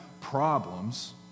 problems